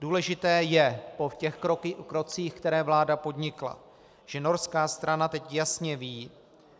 Důležité je po těch krocích, které vláda podnikla, že norská strana teď jasně ví,